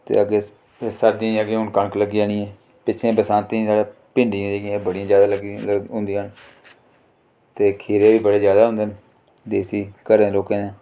ते अग्गें फेर सर्दियें च अग्गें हून कनक लग्गी जानी ऐ पिच्छें बरसांती साढ़ै भिंडियें दे बड़ी ज्यादा लग्गी दियां होंन्दियां न ते खीरे बी बड़े ज्यादा होंदे न देसी घरें लोकें दे